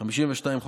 1943,